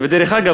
ודרך אגב,